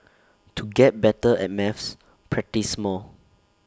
to get better at maths practise more